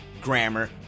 grammar